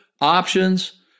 options